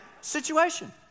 situation